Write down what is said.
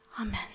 Amen